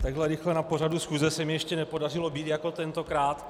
Tak rychle na pořadu schůze se mi ještě nepodařilo být jako tentokrát.